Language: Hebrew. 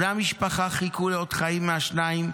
בני המשפחה חיכו לאות חיים מהשניים,